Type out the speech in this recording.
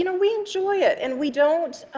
you know we enjoy it, and we don't